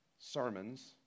sermons